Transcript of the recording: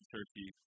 Turkey